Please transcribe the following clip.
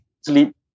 sleep